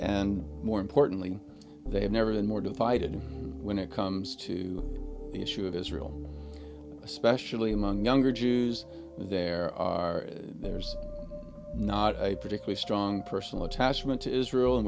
and more importantly they have never been more divided when it comes to the issue of israel especially among younger jews there are there's not a particularly strong personal attachment to israel and